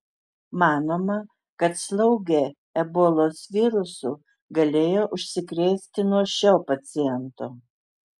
manoma kad slaugė ebolos virusu galėjo užsikrėsti nuo šio paciento